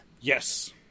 Yes